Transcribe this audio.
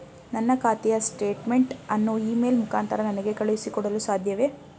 ನನ್ನ ಖಾತೆಯ ಸ್ಟೇಟ್ಮೆಂಟ್ ಅನ್ನು ಇ ಮೇಲ್ ಮುಖಾಂತರ ನನಗೆ ಕಳುಹಿಸಿ ಕೊಡಲು ಸಾಧ್ಯವೇ?